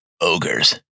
Ogres